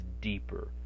deeper